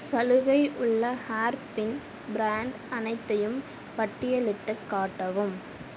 சலுகை உள்ள hairpin brand அனைத்தையும் பட்டியலிட்டுக் காட்டவும்